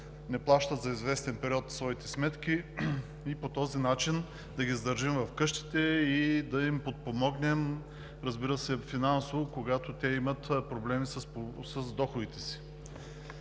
не плащат за известен период своите сметки и по този начин да ги задържим в къщите и да ги подпомогнем финансово, когато те имат проблеми с доходите си.